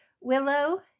Willow